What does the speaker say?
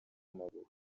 w’amaguru